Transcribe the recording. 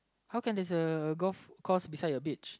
how can there's a golf course beside your beach